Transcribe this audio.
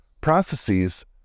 processes